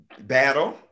battle